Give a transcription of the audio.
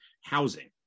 housing